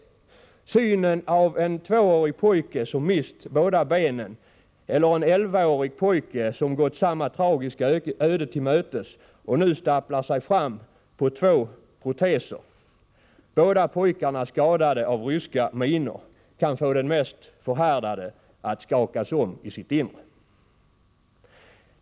Och synen av en tvåårig pojke som mist båda benen eller en elvaårig pojke som gått samma tragiska öde till mötes och nu stapplar fram på två proteser — båda pojkarna skadade av ryska minor — borde kunna få den mest förhärdade att skakas om i sitt inre.